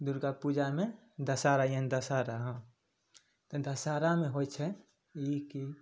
दुरगा पूजामे दशहरा यानी दशहरा हँ तऽ दशहरामे होइ छै ई कि